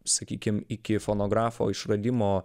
sakykim iki fonografo išradimo